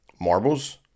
Marbles